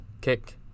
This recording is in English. kick